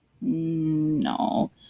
no